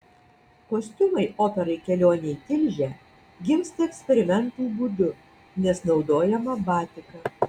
kostiumai operai kelionė į tilžę gimsta eksperimentų būdu nes naudojama batika